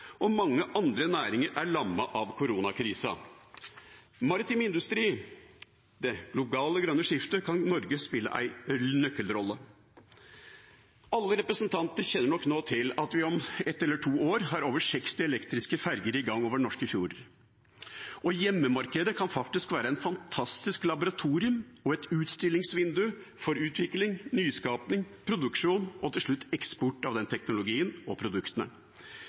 og mange andre næringer er lammet av koronakrisen. I maritim industri og det globale grønne skiftet kan Norge spille en nøkkelrolle. Alle representanter kjenner nok nå til at vi om ett eller to år har over 60 elektriske ferger i gang over norske fjorder. Hjemmemarkedet kan faktisk være et fantastisk laboratorium og et utstillingsvindu for utvikling, nyskaping, produksjon og til slutt eksport av den teknologien og produktene.